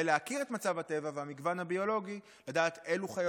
להכיר את מצב הטבע והמגוון הביולוגי לדעת אילו חיות